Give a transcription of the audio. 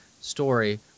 story